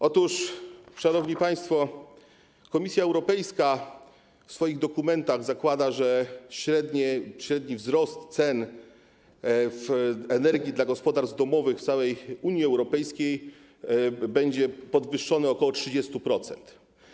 Otóż, szanowni państwo, Komisja Europejska w swoich dokumentach zakłada, że średni wzrost cen energii dla gospodarstw domowych w całej Unii Europejskiej będzie większy o ok. 30%.